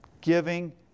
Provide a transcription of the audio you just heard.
Giving